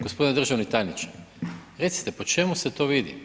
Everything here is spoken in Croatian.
G. državni tajniče, recite, po čemu se to vidi?